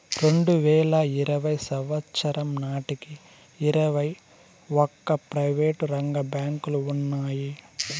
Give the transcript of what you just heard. రెండువేల ఇరవై సంవచ్చరం నాటికి ఇరవై ఒక్క ప్రైవేటు రంగ బ్యాంకులు ఉన్నాయి